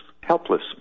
Helpless